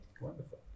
Wonderful